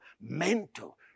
mental